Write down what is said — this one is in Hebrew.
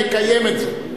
נקיים את זה.